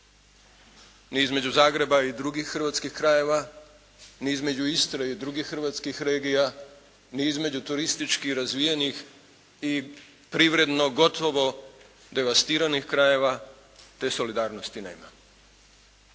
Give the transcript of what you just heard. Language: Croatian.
Ni između Zagreba i drugih hrvatskih krajeva ni između Istre i drugih hrvatskih regija ni između turistički razvijenih i privredno gotovo devastiranih krajeva te solidarnosti nema.